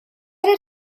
did